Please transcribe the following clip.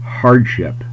hardship